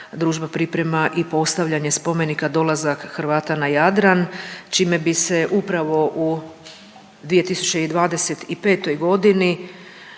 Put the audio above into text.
družba priprema i postavljanje spomenika dolazak Hrvata na Jadran čime bi se upravo u 2025. godini